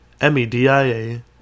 M-E-D-I-A